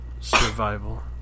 Survival